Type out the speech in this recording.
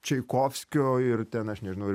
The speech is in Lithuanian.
čaikovskio ir ten aš nežinau ir